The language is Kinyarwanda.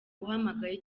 uhamagaye